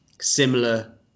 similar